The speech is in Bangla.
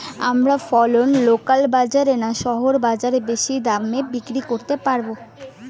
আমরা ফসল লোকাল বাজার না শহরের বাজারে বেশি দামে বিক্রি করতে পারবো?